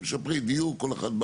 משפרי דיור כל אחד,